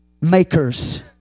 makers